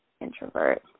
introvert